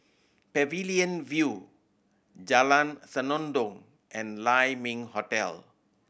Pavilion View Jalan Senandong and Lai Ming Hotel